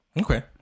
Okay